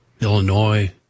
Illinois